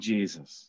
Jesus